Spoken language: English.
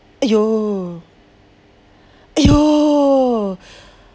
!aiyo! !aiyo!